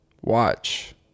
watch